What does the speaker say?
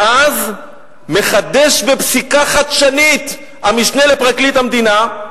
ואז, מחדש בפסיקה חדשנית המשנה לפרקליט המדינה,